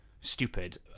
stupid